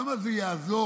עכשיו, כמה זה יעזור,